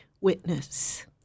witness